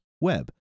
web